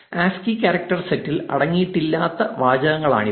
A S C I I character സെറ്റിൽ അടങ്ങിയിട്ടില്ലാത്ത വാചകങ്ങളാണവ